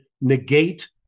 negate